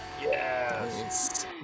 Yes